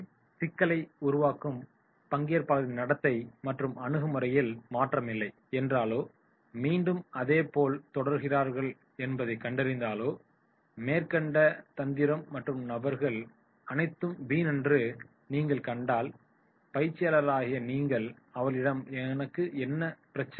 சிக்கலை உருவாகும் பங்கேற்பாளர்களின் நடத்தை மற்றும் அணுகுமுறையில் மாற்றமில்லை என்றாலோ மீண்டும் அதேபோல் தொடர்கிறார்கள் என்பதைக் கண்டறிந்தாலோ மேற்கொண்ட தந்திரம் மற்றும் நுட்பங்கள் அனைத்தும் வீணென்று நீங்கள் கண்டால் பயிற்சியாளராகிய நீங்கள் அவர்களில் ஒருவருடன் உரையாடலில் ஈடுபட தொடங்க வேண்டும் பின்னர் பயிற்சியாளர் அவர்களிடம் "உங்களுக்கு என்ன பிரச்சினை